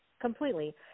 completely